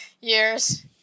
years